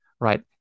right